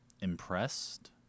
impressed